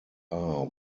are